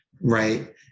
right